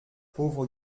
pauvre